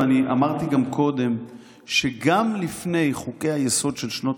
ואני אמרתי גם קודם שגם לפני חוקי-היסוד של שנות